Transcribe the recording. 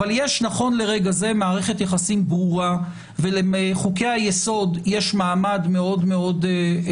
אבל נכון לרגע זה מערכת היחסים ברורה ולחוקי היסוד יש מעמד ברור.